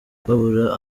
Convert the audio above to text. babura